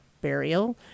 burial